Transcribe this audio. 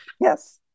Yes